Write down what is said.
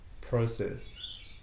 process